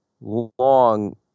long